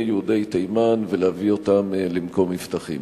יהודי תימן ולהביא אותם למקום מבטחים.